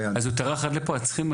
הוא טרח עד לשם ולשווא?